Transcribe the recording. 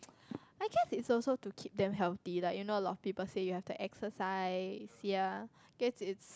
I guess it's also to keep them healthy lah you know a lot of people say you have to exercise ya guess it's